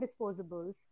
disposables